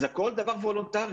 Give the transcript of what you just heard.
זה הכול דבר וולונטרי.